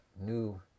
new